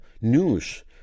news